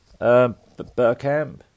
Burkamp